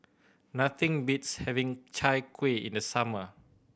nothing beats having Chai Kuih in the summer